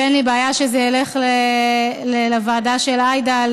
ואין לי בעיה שזה ילך לוועדה של עאידה,